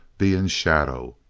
be in shadow.